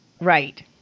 Right